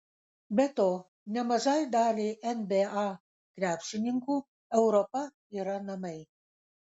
be to nemažai daliai nba krepšininkų europa yra namai